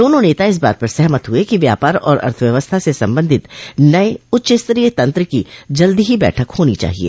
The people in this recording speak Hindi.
दोनों नेता इस बात पर सहमत हुए कि व्यापार और अर्थव्यवस्था से संबंधित नये उच्चस्तरीय तंत्र की जल्दी ही बैठक होनी चाहिए